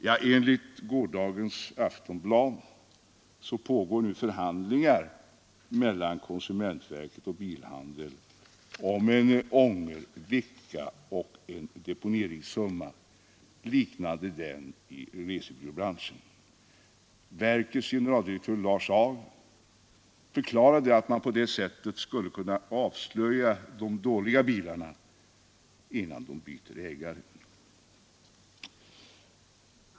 Ja, enligt Aftonbladet av den 14 maj pågår nu förhandlingar mellan konsumentverket och bilhandeln om en ångervecka och en deponeringssumma, liknande den i resebyråbranschen. Verkets generaldirektör Lars Ag förklarade att man på det sättet skulle kunna avslöja de dåliga bilarna, innan de byter ägare.